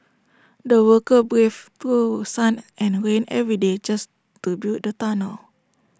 the workers braved through sun and rain every day just to build the tunnel